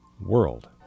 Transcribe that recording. world